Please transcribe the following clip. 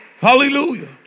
Hallelujah